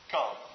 Come